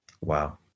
Wow